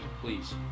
please